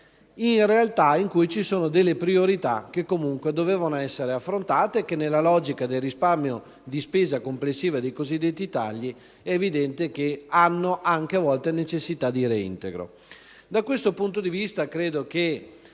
in realtà in cui ci sono delle priorità che comunque dovevano essere affrontate e che, pur nella logica del risparmio di spesa complessiva, dei cosiddetti tagli, evidentemente hanno a volte necessità di reintegro.